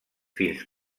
fins